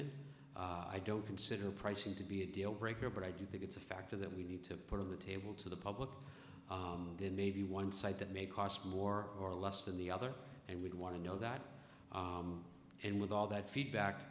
in i don't consider pricing to be a deal breaker but i do think it's a factor that we need to put of the table to the public then maybe one side that may cost more or less than the other and we'd want to know that and with all that feedback